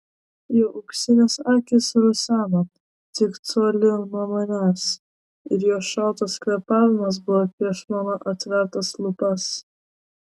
jo auksinės akys ruseno tik colį nuo manęs ir jo šaltas kvėpavimas buvo prieš mano atvertas lūpas